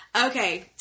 Okay